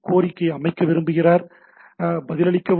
கோரிக்கையை அமைக்க விரும்புகிறார் பதிலளிக்கவும்